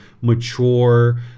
mature